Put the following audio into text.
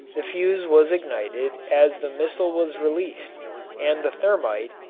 the fuse was ignited as the missile was released and the thermit,